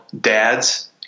dads